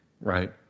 right